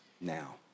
now